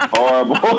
Horrible